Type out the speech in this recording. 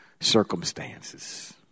circumstances